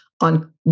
On